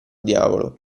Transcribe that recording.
diavolo